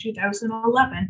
2011